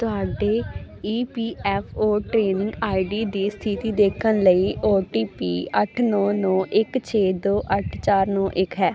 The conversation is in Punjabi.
ਤੁਹਾਡੇ E P F O tracking ID ਦੀ ਸਥਿਤੀ ਦੇਖਣ ਲਈ ਓ ਟੀ ਪੀ ਅੱਠ ਨੌਂ ਨੌਂ ਇੱਕ ਛੇ ਦੋ ਅੱਠ ਚਾਰ ਨੌਂ ਇੱਕ ਹੈ